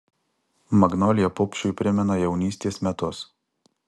magnolija pupšiui primena jaunystės metus